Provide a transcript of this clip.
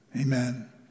Amen